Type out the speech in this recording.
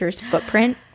footprint